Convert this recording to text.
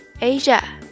Asia